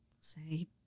say